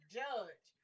judge